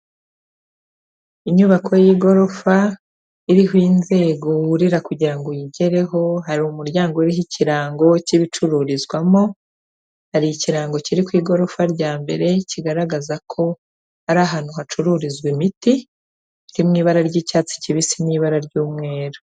Inyubako y'igorofa iriho inzego wurira kugira ngo uyigereho, hari umuryango uriho ikirango cy'ibicururizwamo, hari ikirango kiri ku igorofa rya mbere kigaragaza ko ari ahantu hacururizwa imiti, iri mu ibara ry'icyatsi kibisi n'ibara ry'umweru.